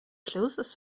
closes